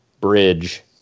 bridge